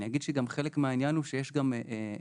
אני אגיד שגם חלק מהעניין הוא שיש גם מסגרות